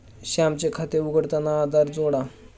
श्यामचे खाते उघडताना आधार जोडा